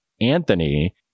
Anthony